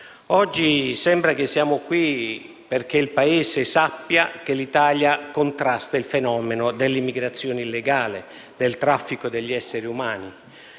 sembra che siamo qui perché il Paese sappia che l'Italia contrasta il fenomeno dell'immigrazione illegale e del traffico degli esseri umani.